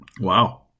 Wow